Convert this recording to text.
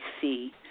see